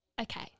okay